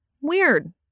weird